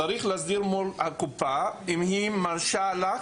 צריך להסדיר מול הקופה אם היא מרשה לך.